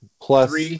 plus